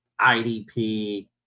idp